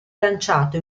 lanciato